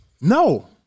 No